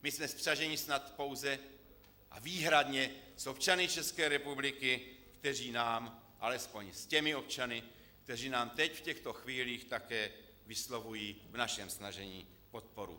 My jsme spřaženi snad pouze a výhradně s občany České republiky, alespoň s těmi občany, kteří nám teď v těchto chvílích také vyslovují v našem snažení podporu.